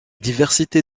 diversité